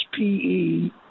HPE